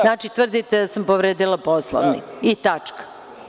Znači tvrdite da sam povredila Poslovnika i tačka.